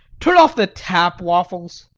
turn off the tap, waffles.